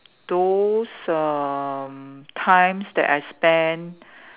those um times that I spent